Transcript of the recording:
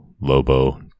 Lobo